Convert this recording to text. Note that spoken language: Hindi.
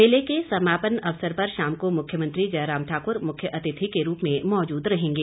मेले के समापन अवसर पर शाम को मुख्यमंत्री जयराम ठाकुर मुख्य अतिथि के रूप में मौजूद रहेंगे